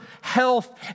health